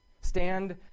Stand